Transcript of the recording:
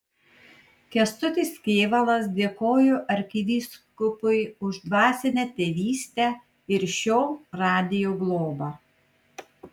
kęstutis kėvalas dėkojo arkivyskupui už dvasinę tėvystę ir šio radijo globą